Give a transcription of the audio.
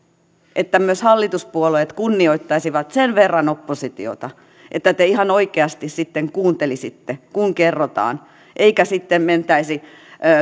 että myös hallituspuolueet kunnioittaisivat sen verran oppositiota että te ihan oikeasti sitten kuuntelisitte kun kerrotaan eikä mentäisi